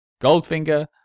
Goldfinger